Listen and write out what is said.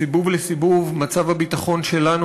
מסיבוב לסיבוב מצב הביטחון שלנו,